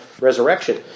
resurrection